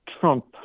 Trump